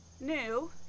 new